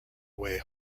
way